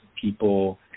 people